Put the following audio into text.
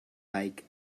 bike